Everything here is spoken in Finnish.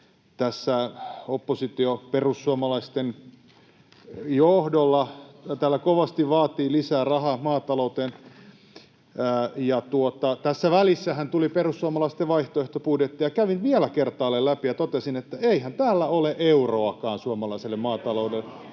Täällä oppositio perussuomalaisten johdolla kovasti vaatii lisää rahaa maatalouteen. Tässä välissähän tuli perussuomalaisten vaihtoehtobudjetti, ja kävin sen vielä kertaalleen läpi ja totesin, että eihän siellä ole euroakaan suomalaiselle maataloudelle.